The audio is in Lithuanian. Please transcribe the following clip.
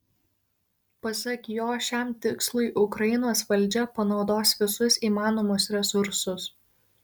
pasak jo šiam tikslui ukrainos valdžia panaudos visus įmanomus resursus